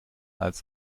als